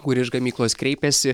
kur iš gamyklos kreipėsi